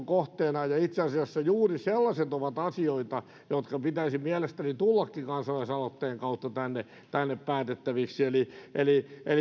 kohteena ja itse asiassa juuri sellaiset ovat niitä asioita joiden pitäisi mielestäni tullakin kansalaisaloitteen kautta tänne tänne päätettäviksi eli eli